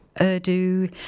Urdu